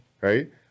Right